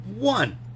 One